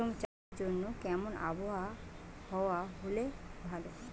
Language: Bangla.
রেশম চাষের জন্য কেমন আবহাওয়া হাওয়া হলে ভালো?